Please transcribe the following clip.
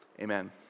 amen